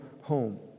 home